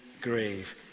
grave